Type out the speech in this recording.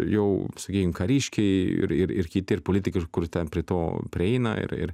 jau sakykim kariškiai ir ir ir kiti ir politikai ir kur ten prie to prieina ir ir